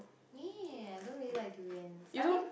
!ee! I don't really like durians I mean